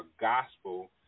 gospel